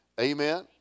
amen